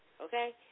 okay